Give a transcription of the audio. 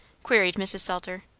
queried mrs. salter.